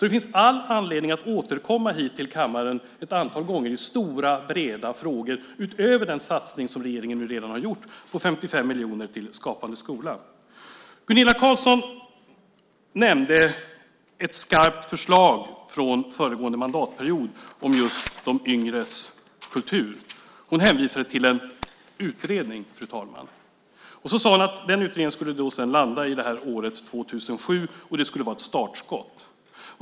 Det finns all anledning att återkomma hit till kammaren ett antal gånger i stora, breda frågor utöver den satsning på 55 miljoner som regeringen nu redan har gjort på Skapande skola. Gunilla Carlsson nämnde ett skarpt förslag från föregående mandatperiod om just de yngres kultur. Hon hänvisade till en utredning, fru talman, och sade att den utredningen sedan skulle landa i året 2007 och att det skulle vara ett startskott.